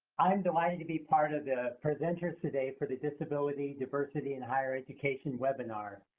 i'm delighted to be part of the presenters today for the disability, diversity, and higher education webinar.